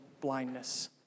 blindness